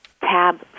tab